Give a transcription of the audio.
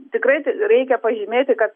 tikrai reikia pažymėti kad